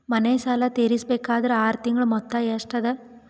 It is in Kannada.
ಮನೆ ಸಾಲ ತೀರಸಬೇಕಾದರ್ ಆರ ತಿಂಗಳ ಮೊತ್ತ ಎಷ್ಟ ಅದ?